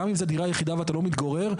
גם אם זו דירה יחידה ואתה לא מתגורר בה,